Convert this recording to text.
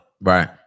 Right